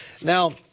Now